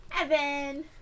Evan